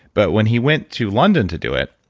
but when he went to london to do it,